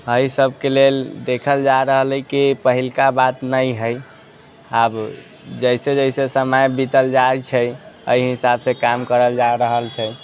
एहि सबके लेल देखल जा रहल हइ कि पहिलका बात नहि हइ आब जैसे जैसे समय बितल जाइ छै ताहि हिसाबसँ काम करल जा रहल छै